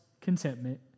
contentment